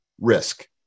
risk